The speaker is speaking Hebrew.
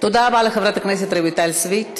תודה רבה לחברת הכנסת רויטל סויד.